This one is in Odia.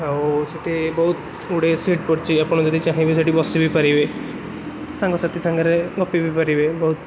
ଆଉ ସେଇଠି ବହୁତ ଗୁଡ଼େ ସିଟ୍ ପଡ଼ିଛି ଆପଣ ଯଦି ଚାହିଁବେ ସେଇଠି ବସିବି ପାରିବେ ସାଙ୍ଗସାଥୀ ସାଙ୍ଗରେ ଗପି ବି ପାରିବେ ବହୁତ